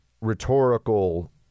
rhetorical